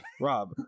Rob